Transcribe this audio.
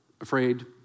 afraid